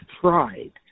pride